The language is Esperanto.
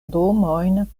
domojn